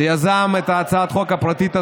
שיזם את הצעת החוק הפרטית הזאת,